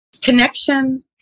connection